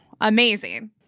Amazing